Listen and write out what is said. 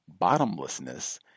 bottomlessness